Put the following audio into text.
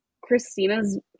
Christina's